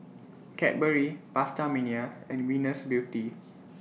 Cadbury PastaMania and Venus Beauty